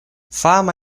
fama